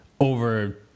over